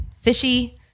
fishy